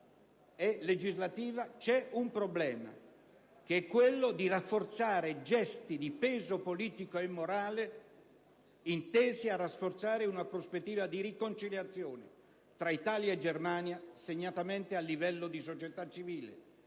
e legislativa c'è un problema: quello di consolidare gesti di peso politico e morale intesi a rafforzare una prospettiva di riconciliazione tra Italia e Germania, segnatamente al livello di società civile,